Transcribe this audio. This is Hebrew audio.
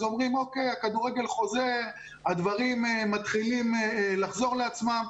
אומרים שהכדורגל חוזר והדברים מתחילים לחזור לעצמם.